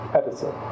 editor